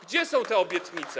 Gdzie są te obietnice?